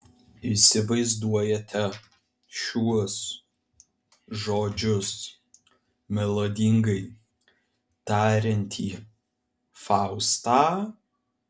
įsivaizduojate šiuos žodžius melodingai tariantį faustą